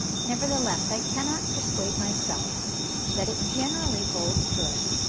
nevertheless i cannot persuade myself that it generally holds good,